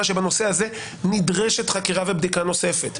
שבנושא הזה נדרשת חקירה ובדיקה נוספת.